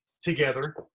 together